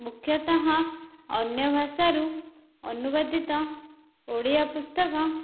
ମୁଖ୍ୟତଃ ଅନ୍ୟ ଭାଷାରୁ ଅନୁବାଦିତ ଓଡ଼ିଆ ପୁସ୍ତକ